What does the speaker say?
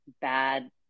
bad